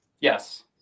Yes